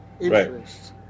interests